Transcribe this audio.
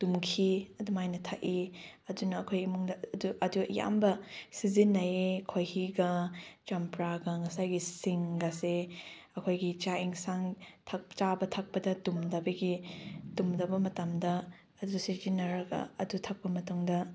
ꯇꯨꯝꯈꯤ ꯑꯗꯨꯃꯥꯏꯅ ꯊꯛꯏ ꯑꯗꯨꯅ ꯑꯩꯈꯣꯏ ꯏꯃꯨꯡꯗ ꯑꯗꯨ ꯑꯌꯥꯝꯕ ꯁꯤꯖꯤꯟꯅꯩꯌꯦ ꯈꯣꯍꯤꯒ ꯆꯞꯄ꯭ꯔꯥꯒ ꯉꯁꯥꯏꯒꯤ ꯁꯤꯡꯒꯁꯦ ꯑꯩꯈꯣꯏꯒꯤ ꯆꯥꯛ ꯑꯦꯟꯁꯥꯡ ꯊꯛ ꯆꯥꯕ ꯊꯛꯄꯗ ꯇꯨꯝꯗꯕꯒꯤ ꯇꯨꯝꯗꯕ ꯃꯇꯝꯗ ꯑꯗꯨ ꯁꯤꯖꯤꯟꯅꯔꯒ ꯑꯗꯨ ꯊꯛꯄ ꯃꯇꯨꯡꯗ